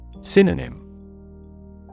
Synonym